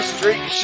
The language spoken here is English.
Street